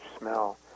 smell